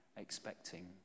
expecting